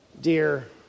Dear